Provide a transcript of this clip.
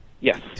Yes